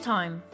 Time